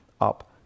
up